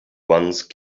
once